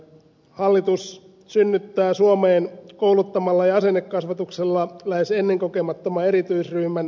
hallitus synnyttää suomeen kouluttamalla ja asennekasvatuksella lähes ennenkokemattoman erityisryhmän